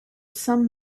some